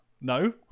no